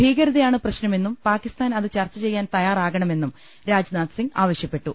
ഭീകരതയാണ് പ്രശ്നമെന്നും പാകിസ്ഥാൻ അത് ചർച്ച ചെയ്യാൻ തയ്യാറാകണമെന്നും രാജ്നാഥ് സിംഗ് ആവശ്യപ്പെട്ടു